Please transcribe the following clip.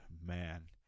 Man